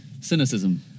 cynicism